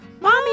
mommy